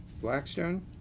Blackstone